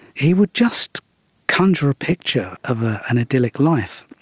he would just conjure a picture of ah an idyllic life.